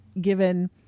given